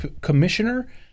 commissioner